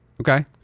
Okay